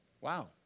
Wow